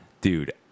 Dude